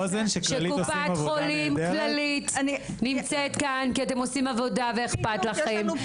קופת חולים כללית נמצאים כאן כי אתם עושים עבודה ואכפת לכם.